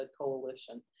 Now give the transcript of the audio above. Coalition